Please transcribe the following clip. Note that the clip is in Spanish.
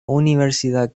universidad